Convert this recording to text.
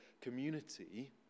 community